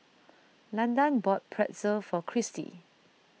Landan bought Pretzel for Christi